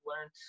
learned